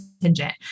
contingent